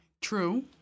True